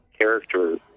character